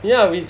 ya we